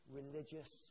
religious